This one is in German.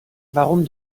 warum